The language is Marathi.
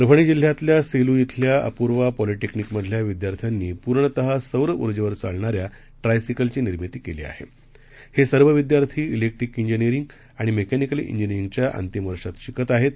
परभणीजिल्ह्याततल्यासेलू शिल्याअपूर्वपॉलिटेक्नीकमधल्याविद्यार्थ्यांनीपूर्णतःसौरउर्जेवरचालणाऱ्याट्राईसिकलचीनिर्मितीकेली हेसर्वविद्यार्थीमैक्ट्रीक जिनिअरिंगआणिमेकॅनिकल जिनिअरिंगच्याअंतिमवर्षातशिकतआहेत